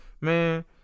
Man